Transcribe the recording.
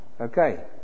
Okay